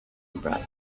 abroad